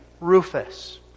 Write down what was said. Rufus